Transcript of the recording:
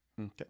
okay